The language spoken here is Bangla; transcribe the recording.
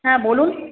হ্যাঁ বলুন